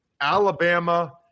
Alabama